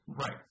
Right